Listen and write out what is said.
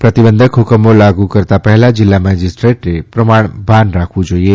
પ્રતિબંધક હ્કમો લાગુ કરતાં પહેલાં જિલ્લા મેજીસ્ટ્રેટે પ્રમાણ ભાન રાખવું જોઈએ